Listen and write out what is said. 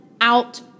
out